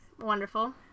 Wonderful